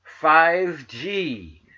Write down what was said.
5G